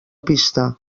pista